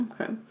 okay